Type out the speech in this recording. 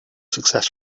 success